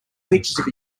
pictures